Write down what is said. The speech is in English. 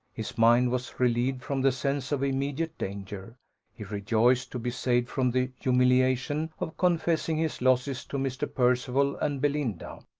his mind was relieved from the sense of immediate danger he rejoiced to be saved from the humiliation of confessing his losses to mr. percival and belinda.